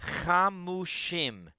chamushim